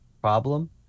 problem